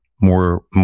more